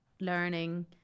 learning